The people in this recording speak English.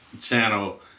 channel